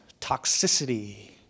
toxicity